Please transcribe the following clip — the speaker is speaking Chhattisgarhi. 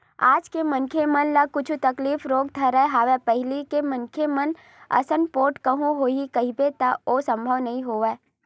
आज के मनखे मन ल कुछु तकलीफ रोग धरत हवय पहिली के मनखे मन असन पोठ कहूँ होही कहिबे त ओ संभव नई होवय